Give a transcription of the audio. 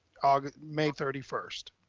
august, may thirty first?